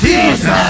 Jesus